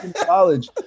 college